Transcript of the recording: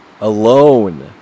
alone